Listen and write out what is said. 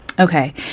Okay